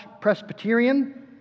Presbyterian